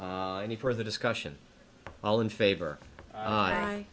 r any further discussion all in favor i